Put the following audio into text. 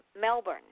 Melbourne